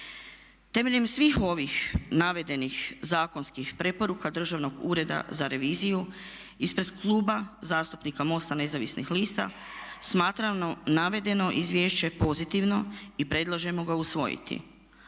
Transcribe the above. Temeljem svih ovih navedenih zakonskih preporuka Državnog ureda za reviziju ispred Kluba zastupnika MOST-a nezavisnih lista smatram navedeno izvješće pozitivno i predlažemo ga usvojiti